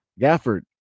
gafford